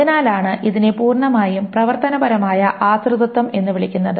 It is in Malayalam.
അതിനാലാണ് ഇതിനെ പൂർണ്ണമായും പ്രവർത്തനപരമായ ആശ്രിതത്വം എന്ന് വിളിക്കുന്നത്